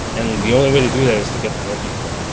and the only way to do that is to get to know people.